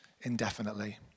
indefinitely